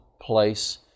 place